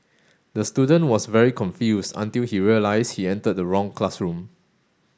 the student was very confused until he realised he entered the wrong classroom